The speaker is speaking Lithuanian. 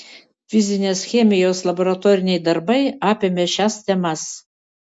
fizinės chemijos laboratoriniai darbai apėmė šias temas